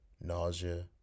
Nausea